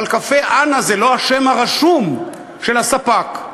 אבל קפה אנה זה לא השם הרשום של הספק,